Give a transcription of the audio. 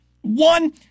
One